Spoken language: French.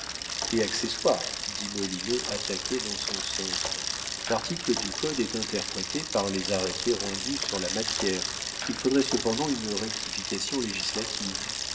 et accessoires dit molineux attaqué dans son centre l'article du code est interprété par les arrêts rendus sur la matière il faudrait cependant une rectification législative